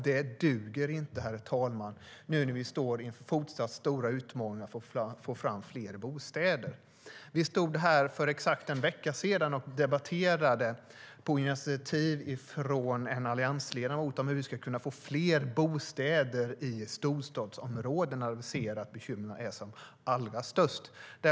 Det duger inte, herr talman, när vi nu står inför fortsatt stora utmaningar för att få fram fler bostäder. Vi stod här för exakt en vecka sedan och debatterade, på initiativ av en alliansledamot, hur vi ska kunna få fler bostäder i storstadsområdena, där vi ser att bekymren är allra störst.